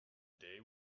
day